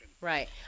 Right